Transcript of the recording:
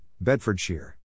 Bedfordshire